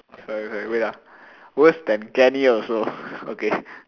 sorry sorry wait ah worse then Danny also okay